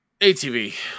ATV